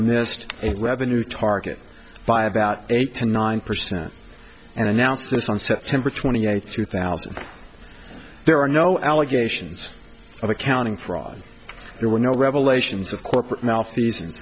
missed it revenue target by about eight to nine percent and announced this on september twenty eighth two thousand there are no allegations of accounting fraud there were no revelations of corporate m